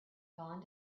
gone